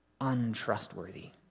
untrustworthy